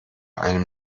einem